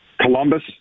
columbus